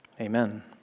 amen